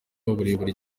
uburemere